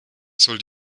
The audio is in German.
soll